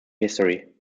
history